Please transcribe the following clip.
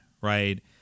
right